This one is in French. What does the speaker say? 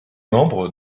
membre